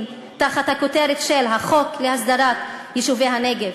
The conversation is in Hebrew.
תחת הכותרת של החוק להסדרת יישובי הנגב.